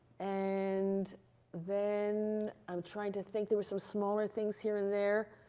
and then, i'm trying to think, there were some smaller things here and there.